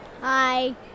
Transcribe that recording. Hi